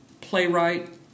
playwright